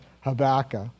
Habakkuk